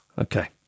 Okay